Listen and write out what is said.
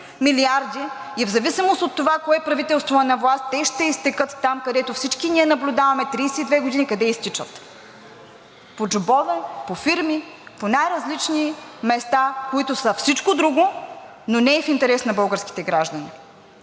милиарди и в зависимост от това кое правителство е на власт, те ще изтекат там, където всички ние наблюдаваме 32 години къде изтичат – по джобове, по фирми, по най-различни места, които са всичко друго, но не и в интерес на българските граждани.